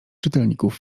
czytelników